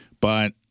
But-